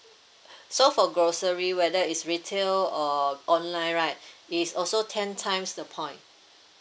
so for grocery whether it's retail or online right is also ten times the point